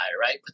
right